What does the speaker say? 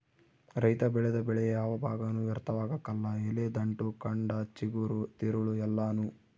ರೈತ ಬೆಳೆದ ಬೆಳೆಯ ಯಾವ ಭಾಗನೂ ವ್ಯರ್ಥವಾಗಕಲ್ಲ ಎಲೆ ದಂಟು ಕಂಡ ಚಿಗುರು ತಿರುಳು ಎಲ್ಲಾನೂ